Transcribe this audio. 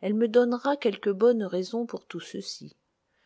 elle me donnera quelque bonne raison pour tout ceci